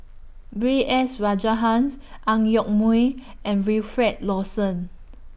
B S Rajhans Ang Yoke Mooi and Wilfed Lawson